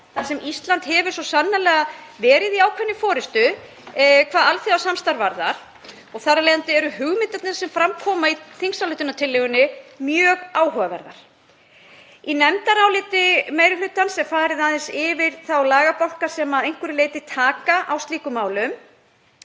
þar sem Ísland hefur svo sannarlega verið í ákveðinni forystu hvað alþjóðasamstarf varðar og þar af leiðandi eru hugmyndirnar sem fram koma í þingsályktunartillögunni mjög áhugaverðar. Í nefndaráliti meiri hlutans er farið aðeins yfir þá lagabálka sem að einhverju leyti taka á slíkum málum.